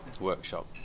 workshop